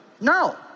No